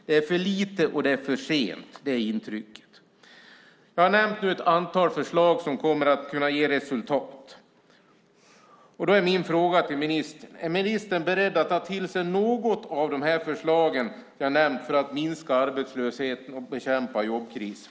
Det är för lite, och det är för sent. Det är intrycket. Jag har nu nämnt ett antal förslag som kommer att kunna ge resultat. Då är min fråga till ministern: Är ministern beredd att ta till sig något av de förslag jag har nämnt för att minska arbetslösheten och bekämpa jobbkrisen?